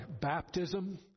baptism